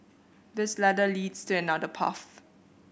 this ladder leads to another path